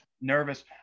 nervous